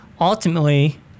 ultimately